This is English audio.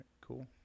Cool